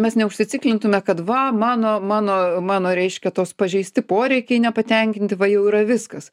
mes ne užsitikrintume kad va mano mano mano reiškia tos pažeisti poreikiai nepatenkinti va jau yra viskas